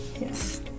Yes